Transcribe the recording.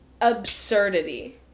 absurdity